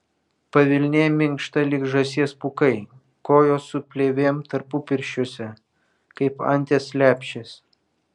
pavilnė minkšta lyg žąsies pūkai kojos su plėvėm tarpupirščiuose kaip anties lepšės